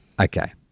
okay